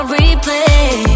replay